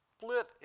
split